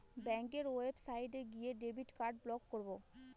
ব্যাঙ্কের ওয়েবসাইটে গিয়ে ডেবিট কার্ড ব্লক করাবো